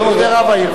על-ידי רב העיר.